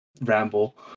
ramble